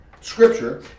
scripture